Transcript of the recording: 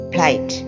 Plight